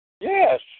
yes